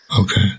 Okay